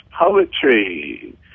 poetry